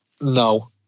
No